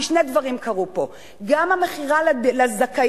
כי שני דברים קרו פה: גם המכירה לזכאים